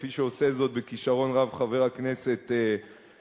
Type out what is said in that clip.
כפי שעושה זאת בכשרון רב חבר הכנסת מולה.